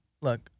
look